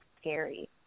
scary